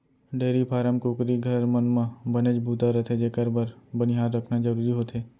dairy farm, कुकरी घर, मन म बनेच बूता रथे जेकर बर बनिहार रखना जरूरी होथे